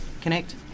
connect